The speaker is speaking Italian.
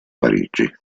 parigi